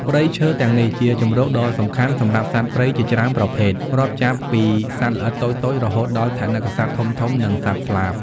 ព្រៃឈើទាំងនេះជាទីជម្រកដ៏សំខាន់សម្រាប់សត្វព្រៃជាច្រើនប្រភេទ រាប់ចាប់ពីសត្វល្អិតតូចៗ រហូតដល់ថនិកសត្វធំៗ និងសត្វស្លាប។